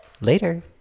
Later